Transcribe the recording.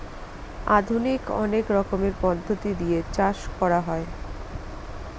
আধুনিক অনেক রকমের পদ্ধতি দিয়ে চাষ করা হয়